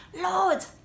Lord